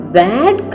bad